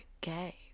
gay